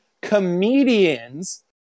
comedians –